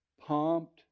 pumped